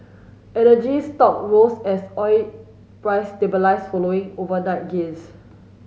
energy stock rose as oil price stabilised following overnight gains